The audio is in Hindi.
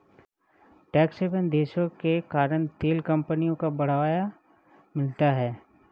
टैक्स हैवन देशों के कारण तेल कंपनियों को बढ़ावा मिलता है